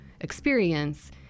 experience